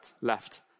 left